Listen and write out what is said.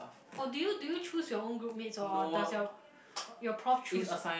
oh did you did you choose your own group mates or does your your your prof choose